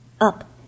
up